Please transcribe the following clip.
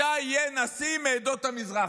מתי יהיה נשיא מעדות המזרח?